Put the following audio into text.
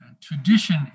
tradition